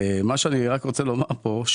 מה שאני רק רוצה לומר פה,